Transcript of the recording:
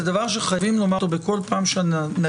דבר שחייבים לומר אותו בכל פעם שנגיע